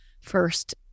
first